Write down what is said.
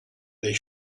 they